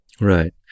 Right